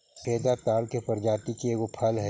फेदा ताड़ के प्रजाति के एगो फल हई